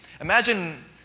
imagine